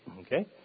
Okay